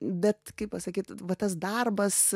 bet kaip pasakyt va tas darbas